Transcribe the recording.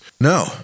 No